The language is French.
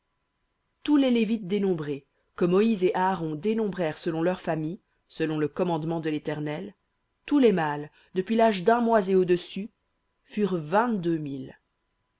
tous les lévites dénombrés que moïse et aaron dénombrèrent selon leurs familles selon le commandement de l'éternel tous les mâles depuis l'âge d'un mois et au-dessus furent